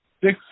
Six